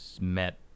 met